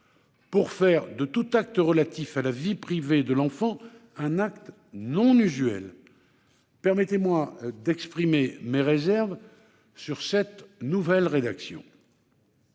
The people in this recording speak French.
pour faire de tous les actes « relatifs à la vie privée de l'enfant » des actes non usuels. Permettez-moi d'exprimer des réserves sur cette nouvelle rédaction.